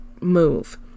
move